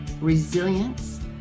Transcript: resilience